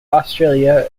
australia